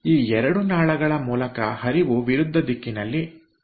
ಈ 2 ನಾಳಗಳ ಮೂಲಕ ಹರಿವು ವಿರುದ್ಧ ದಿಕ್ಕಿನಲ್ಲಿ ನಡೆಯುತ್ತಿದೆ